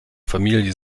familie